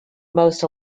most